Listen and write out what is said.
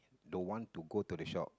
the one to go to the shop